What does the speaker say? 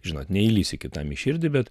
žinot neįlįsi kitam į širdį bet